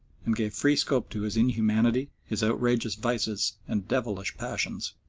and gave free scope to his inhumanity, his outrageous vices, and devilish passions.